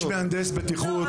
מהנדס הבטיחות.